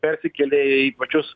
persikėlė į pačius